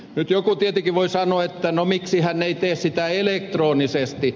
nyt joku tietenkin voi sanoa että no miksi hän ei tee sitä elektronisesti